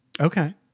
Okay